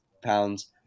pounds